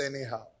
anyhow